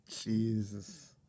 Jesus